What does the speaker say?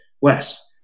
Wes